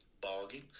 bargain